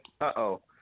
Uh-oh